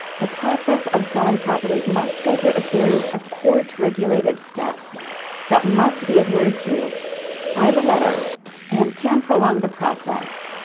the process of selling property must go through a series of court-regulated steps that must be adhered to by the letter and can prolong the process.